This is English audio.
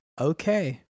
Okay